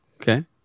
okay